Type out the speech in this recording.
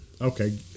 Okay